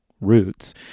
roots